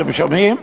אתם שומעים?